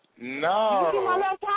No